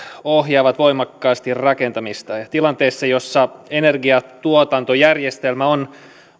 ohjaavat voimakkaasti rakentamista tilanteessa jossa energiantuotantojärjestelmä on